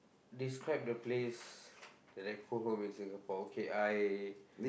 describe the place that I call home in Singapore okay I